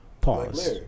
Pause